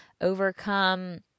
overcome